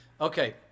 Okay